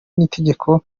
n’itegeko